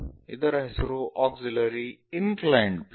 ಇದರ ಹೆಸರು auxiliary inclined plane